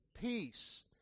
Peace